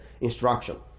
instruction